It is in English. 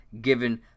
given